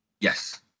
Yes